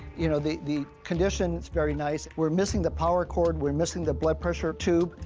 you know, the the condition is very nice. we're missing the power cord, we're missing the blood pressure tube,